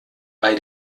bei